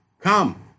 come